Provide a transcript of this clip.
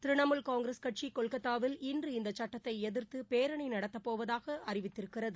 திரிணாமூல் காங்கிரஸ் கட்சி கொல்கத்தாவில் இன்று இந்த சுட்டத்தை எதிர்த்து பேரணி நடத்தப் போவதாக அறிவித்திருக்கிறது